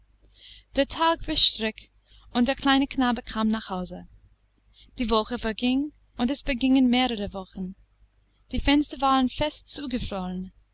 der tag verstrich und der kleine knabe kam nach hause die woche verging und es vergingen mehrere wochen die fenster waren fest zugefroren